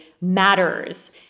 matters